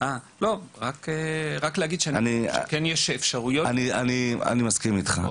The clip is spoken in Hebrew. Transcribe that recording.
רק להגיד שכן יש אפשרויות --- אני מסכים איתך.